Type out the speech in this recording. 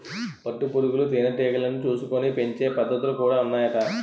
పట్టు పురుగులు తేనె టీగలను చూసుకొని పెంచే పద్ధతులు కూడా ఉన్నాయట